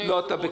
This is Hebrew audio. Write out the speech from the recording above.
זה בידייך.